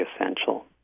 essential